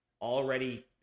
already